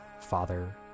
father